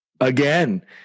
again